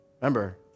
Remember